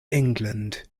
england